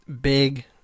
big